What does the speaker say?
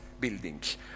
buildings